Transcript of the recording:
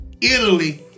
Italy